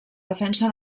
defensa